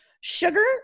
Sugar